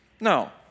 No